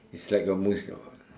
it's like a moust~ uh